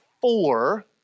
four